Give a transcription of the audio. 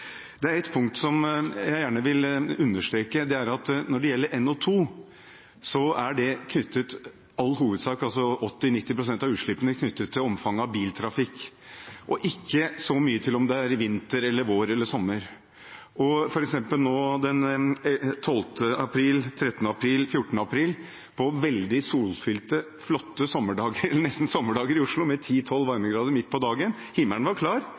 Det er ett punkt jeg gjerne vil understreke, og det er at når det gjelder NO2, er 80–90 pst. av utslippene i all hovedsak knyttet til omfanget av biltrafikk, og ikke så mye til om det er vinter, vår eller sommer. For eksempel nå, den 12., 13. og 14. april, på veldig solfylte, flotte nesten sommerdager i Oslo, med 10–12 varmegrader midt på dagen – himmelen var klar